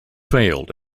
failed